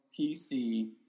pc